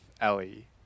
Ellie